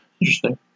interesting